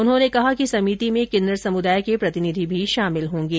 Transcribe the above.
उन्होंने कहा कि समिति में किन्नर समुदाय के प्रतिनिधि भी शामिल होंगे